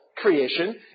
creation